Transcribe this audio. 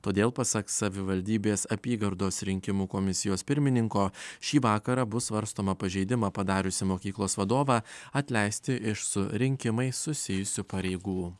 todėl pasak savivaldybės apygardos rinkimų komisijos pirmininko šį vakarą bus svarstoma pažeidimą padariusį mokyklos vadovą atleisti iš su rinkimais susijusių pareigų